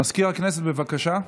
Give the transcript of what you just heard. מזכיר הכנסת, בבקשה.